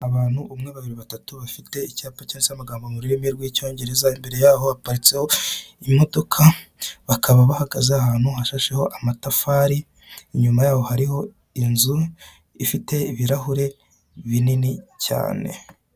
Abantu umwe babiri batatu bafite icyapa cyanditseho amagambo mu rurimi rw'icyongereza imbere yaho haparitseho imodoka bakaba bahagaze ahantu hashasheho amatafari inyuma yaho hariho inzu ifite ibirahure binini cyane.